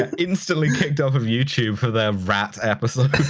instantly kicked off of youtube for their rat episode.